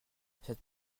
cette